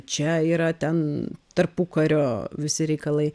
čia yra ten tarpukario visi reikalai